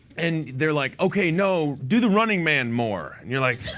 and they're like, ok, no do the running man more. and you're like